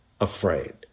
afraid